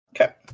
Okay